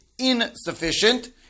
insufficient